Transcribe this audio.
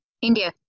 India